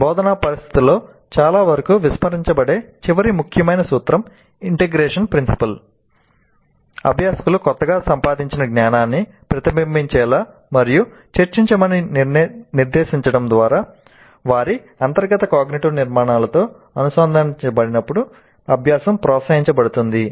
బోధనా పరిస్థితులలో చాలావరకు విస్మరించబడే చివరి ముఖ్యమైన సూత్రం ఇంటెగ్రేషన్ ప్రిన్సిపల్ నిర్మాణాలతో అనుసంధానించినప్పుడు అభ్యాసం ప్రోత్సహించబడుతుంది